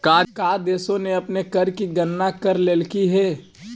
का देशों ने अपने कर की गणना कर लेलकइ हे